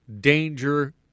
danger